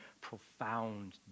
profound